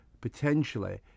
potentially